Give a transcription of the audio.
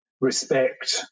respect